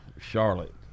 Charlotte